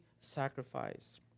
sacrifice